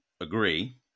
agree